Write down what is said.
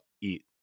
eat